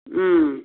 ம்